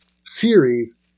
series